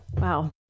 Wow